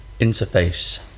Interface